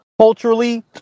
culturally